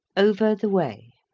over the way